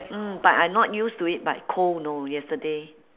mm but I not use to it but cold you know yesterday